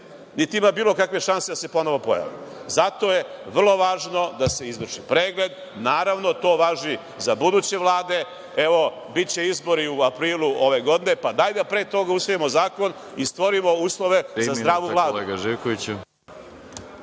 niti ima bilo kakve šanse da se ponovo pojave. Zato je vrlo važno da se izvrši pregled. Naravno, to važi za buduće vlade. Evo, biće izbori u aprilu ove godine, pa dajte da pre toga usvojimo zakon i stvorimo uslove za zdravu glavu.